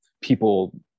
people